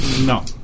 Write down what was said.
No